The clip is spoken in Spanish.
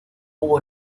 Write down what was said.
hubo